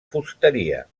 fusteria